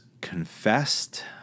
confessed